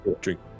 drink